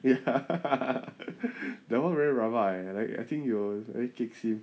ya that one very rabak eh I like I think you'll kicks in